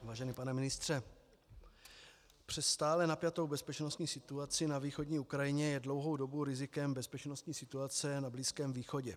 Vážený pane ministře, přes stále napjatou bezpečnostní situaci na východní Ukrajině je dlouhou dobu rizikem bezpečnostní situace na Blízkém východě.